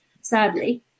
sadly